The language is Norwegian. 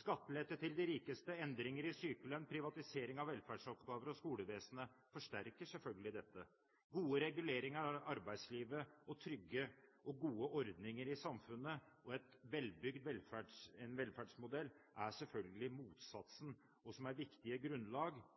Skattelette til de rikeste, endringer i sykelønnen og privatisering av velferdsoppgaver og skolevesen forsterker selvfølgelig dette. Gode reguleringer av arbeidslivet, trygge og gode ordninger i samfunnet og en velbygd velferdsmodell er selvfølgelig motsatsen og viktige grunnlag